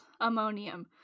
ammonium